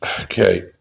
Okay